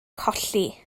colli